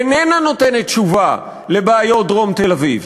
איננה נותנת תשובה לבעיות דרום תל-אביב.